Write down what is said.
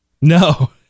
No